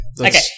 Okay